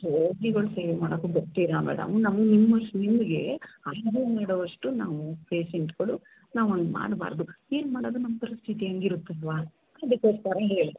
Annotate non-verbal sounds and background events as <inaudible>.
ರೋಗಿಗಳ ಸೇವೆ ಮಾಡಕ್ಕೂ ಬರ್ತೀರ ಮೇಡಮ್ ನಮ್ಮ ನಿಮ್ಮಷ್ಟು ನಿಮಗೆ <unintelligible> ನೀಡುವಷ್ಟು ನಾವು ಪೇಶೆಂಟ್ಗಳು ನಾವು ಹಂಗ್ ಮಾಡಬಾರ್ದು ಏನು ಮಾಡೋದು ನಮ್ಮ ಪರಿಸ್ಥಿತಿ ಹಂಗಿರುತಲ್ವ ಅದಕ್ಕೋಸ್ಕರ ಹೇಳಿದೆ